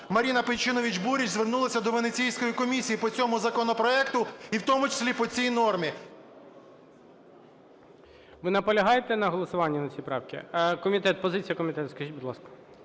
Марія Пейчинович-Бурич звернулися до Венеційської комісії по цьому законопроекту і в тому числі по цій нормі… ГОЛОВУЮЧИЙ. Ви наполягаєте на голосуванні по цій правці? Комітет, позиція комітету скажіть, будь ласка.